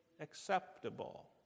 acceptable